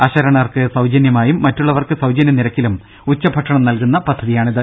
അശരണർക്ക് സൌജന്യമായും മറ്റുള്ളവർക്ക് സൌജന്യ നിരക്കിലും ഉച്ചഭക്ഷണം നൽകുന്ന പദ്ധതിയാണിത്